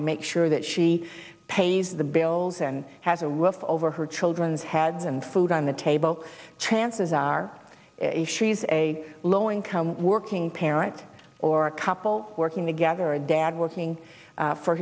to make sure that she pays the bills and has a roof over her children's heads and food on the table chances are if she's a low income working parent or couple working together or a dad working